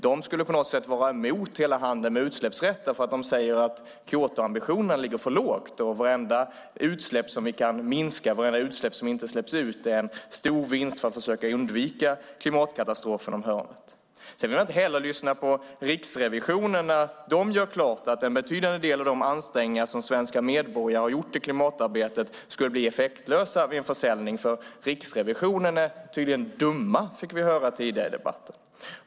De skulle på något sätt vara emot hela handeln med utsläppshandeln för att de säger att Kyotoambitionen ligger för lågt. Vartenda utsläpp som vi kan minska och vartenda utsläpp som inte släpps ut är en stor vinst för att försöka undvika klimatkatastrofen runt hörnet. Han vill inte lyssna på Riksrevisionen när den gör klart att en betydande del av de ansträngningar som svenska medborgare har gjort i klimatarbetet skulle bli effektlösa i en försäljning. Riksrevisionen är tydligen dum, fick vi höra tidigare i debatten.